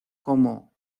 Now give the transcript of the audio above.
como